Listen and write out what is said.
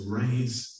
raise